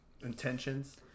Intentions